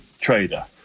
trader